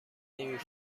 نمی